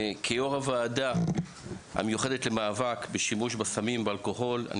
כיו"ר הוועדה המיוחדת למאבק בשימוש וסמים ואלכוהול אני